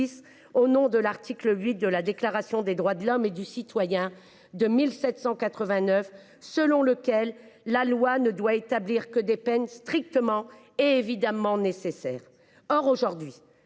à l’article VIII de la Déclaration des droits de l’homme et du citoyen de 1789, selon lequel « la loi ne doit établir que des peines strictement et évidemment nécessaires